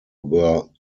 were